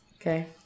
Okay